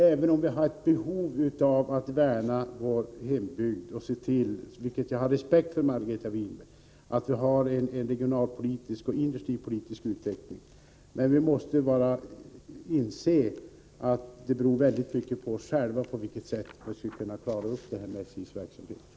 Även om vi har ett behov av att värna om vår hembygd och se till att vi har en regionalpolitisk och industripolitisk utveckling - vilket jag har respekt för, Margareta Winberg — måste vi ändå inse att det beror väldigt mycket på oss själva hur vi skall kunna klara frågorna om SJ:s verksamhet.